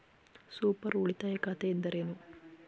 Super ಉಳಿತಾಯ ಖಾತೆ ಎಂದರೇನು?